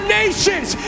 nations